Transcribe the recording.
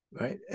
Right